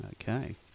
Okay